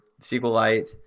SQLite